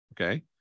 Okay